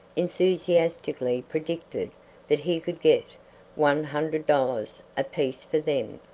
enthusiastically predicted that he could get one hundred dollars apiece for them.